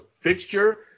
fixture